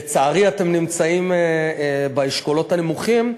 לצערי אתם נמצאים באשכולות הנמוכים,